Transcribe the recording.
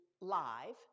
live